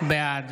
בעד